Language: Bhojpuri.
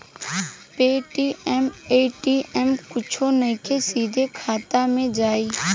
पेटीएम ए.टी.एम कुछो नइखे, सीधे खाता मे जाई